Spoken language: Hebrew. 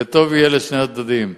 וטוב יהיה לשני הצדדים.